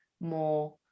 more